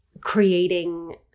creating